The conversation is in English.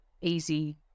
easy